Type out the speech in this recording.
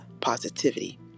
positivity